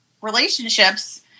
relationships